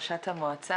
תודה רבה, ראשת המועצה.